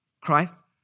Christ